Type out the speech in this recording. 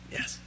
Yes